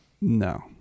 No